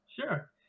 sure